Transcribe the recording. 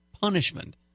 punishment